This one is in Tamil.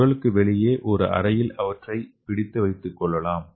உடலுக்கு வெளியே ஒரு அறையில் அவற்றை பிடித்து வைத்துக் கொள்ளலாம்